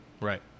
Right